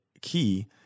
key